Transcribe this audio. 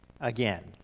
again